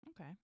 Okay